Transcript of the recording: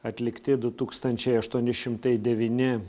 atlikti du tūkstančiai aštuoni šimtai devyni